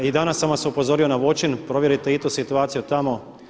I danas sam vas upozorio na Voćin, provjerite i tu situaciju tamo.